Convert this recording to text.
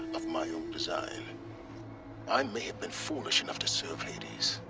of my own design i may have been foolish enough to serve hades.